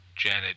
Janet